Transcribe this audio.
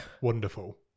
Wonderful